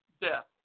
death